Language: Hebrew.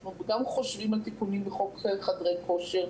אנחנו גם חושבים על תיקונים בחוק חדרי כושר.